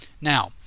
Now